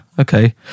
okay